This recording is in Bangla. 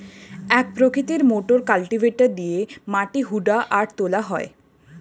এক প্রকৃতির মোটর কালটিভেটর দিয়ে মাটি হুদা আর তোলা হয়